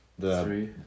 Three